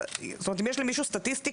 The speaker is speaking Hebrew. זאת אומרת אם יש למישהו סטטיסטיקה,